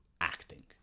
acting